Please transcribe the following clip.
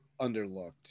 underlooked